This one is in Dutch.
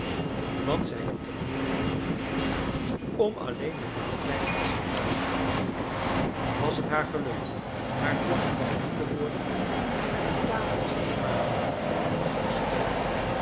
want zij liet er niemand inloopen om alleen de maaltijden te gebruiken was het haar gelukt haar bord machtig te worden en een tafeltje te maken van haar schoot